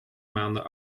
maanden